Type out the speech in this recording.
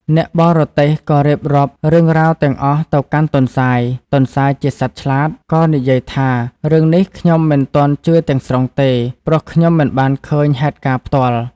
អ្នកបរទេះក៏រៀបរាប់រឿងរ៉ាវទាំងអស់ទៅកាន់ទន្សាយ ទន្សាយជាសត្វឆ្លាត ក៏និយាយថា "រឿងនេះខ្ញុំមិនទាន់ជឿទាំងស្រុងទេ ព្រោះខ្ញុំមិនបានឃើញហេតុការណ៍ផ្ទាល់។